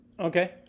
Okay